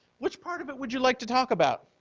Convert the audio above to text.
which part of it would you like to talk about?